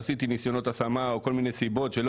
עשיתי ניסיונות השמה או כל מיני סיבות שלא